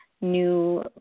new